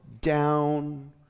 down